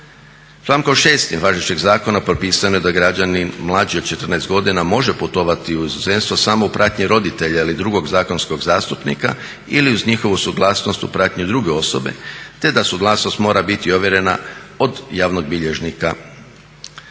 Člankom 6.važećeg zakona propisano je da građanin mlađi od 14 godina može putovati u inozemstvo samo u pratnji roditelja ili drugog zakonskog zastupnika ili uz njihovu suglasnost u pratnji druge osobe te da suglasnost mora biti ovjerena od javnog bilježnika.